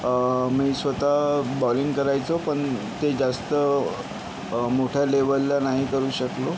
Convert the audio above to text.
मी स्वतः बॉलिंग करायचो पण ते जास्त मोठ्या लेवलला नाही करू शकलो